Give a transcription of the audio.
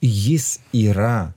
jis yra